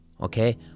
Okay